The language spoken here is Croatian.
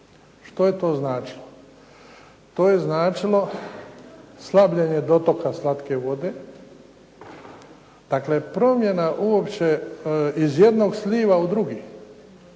Što je to značilo? To je značilo slabljenje dotoka slatke vode. Dakle, promjena uopće iz slijeva u drugi.